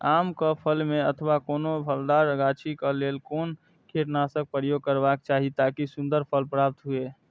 आम क फल में अथवा कोनो फलदार गाछि क लेल कोन कीटनाशक प्रयोग करबाक चाही ताकि सुन्दर फल प्राप्त हुऐ?